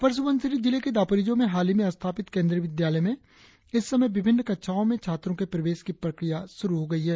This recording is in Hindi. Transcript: अपर सुबनसिरी जिले के दापोरिजो में हाल ही में स्थापित केंद्रीय विद्यालय में इस समय विभिन्न कक्षाओं में छात्रों के प्रवेश की प्रक्रिया शुरु हो गई है